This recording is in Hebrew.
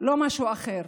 ולא משהו אחר.